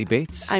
Bates